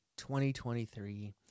2023